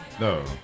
No